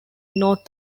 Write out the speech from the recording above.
north